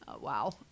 Wow